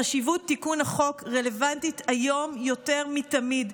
חשיבות תיקון החוק רלוונטית היום יותר מתמיד.